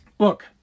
Look